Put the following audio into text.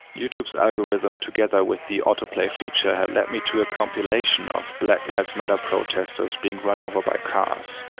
youtube's algorithm, together, with the auto-play feature, had lead me to a compilation of black lives matter protestors being run over by cars.